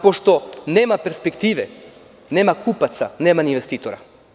Pošto nema perspektive, nema kupaca, pa nema ni investitora.